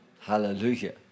hallelujah